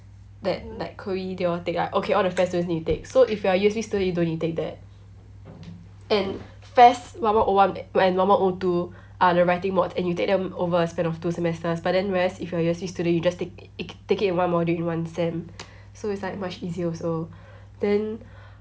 that like carrie they all take ah okay all the FASS students need to take so if you're U_S_P student you don't need to take that and FAS one one o one and one one o two are the writing mods and you take them over a span of two semesters but then whereas if you're U_S_P student you just take it take it in one module in one sem so it's like much easier also then